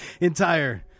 entire